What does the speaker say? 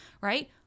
right